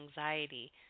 anxiety